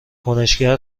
کنشگر